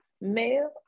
male